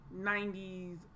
90s